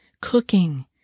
cooking